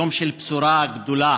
יום של בשורה גדולה.